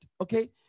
okay